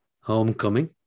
Homecoming